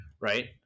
Right